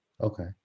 Okay